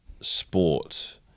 sport